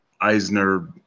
Eisner